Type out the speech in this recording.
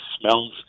smells